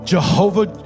Jehovah